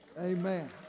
Amen